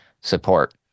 support